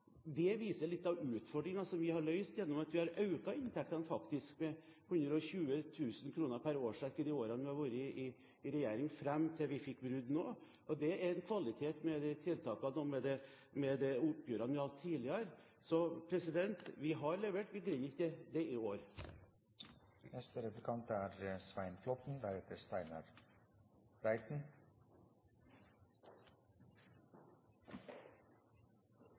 Det viser litt av utfordringen som vi har løst gjennom at vi faktisk har økt inntektene med 120 000 kr per årsverk i de årene vi har vært i regjering, fram til vi fikk brudd nå, og det er en kvalitet ved de tiltakene og ved de oppgjørene vi har hatt tidligere. Så vi har levert – vi greide ikke det i år.